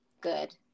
good